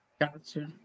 Gotcha